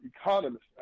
economist